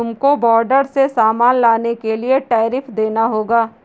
तुमको बॉर्डर से सामान लाने के लिए टैरिफ देना होगा